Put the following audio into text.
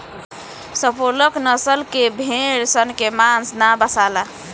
Suffolk नसल के भेड़ सन के मांस ना बासाला